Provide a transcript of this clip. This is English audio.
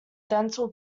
dental